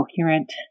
coherent